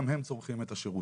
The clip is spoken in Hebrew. גם הם צורכים את השירות.